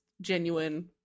genuine